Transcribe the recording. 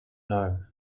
know